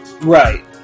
Right